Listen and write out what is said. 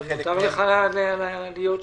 אם מדברים על בתי האבות,